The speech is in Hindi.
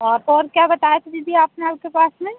आप और क्या बताए थे दीदी आपने आपके पास में